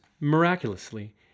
miraculously